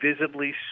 visibly